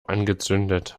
angezündet